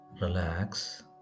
relax